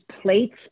plates